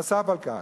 נוסף על כך,